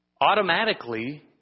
automatically